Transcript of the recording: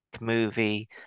movie